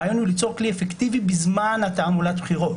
הרעיון הוא ליצור כלי אפקטיבי בזמן תעמולת הבחירות,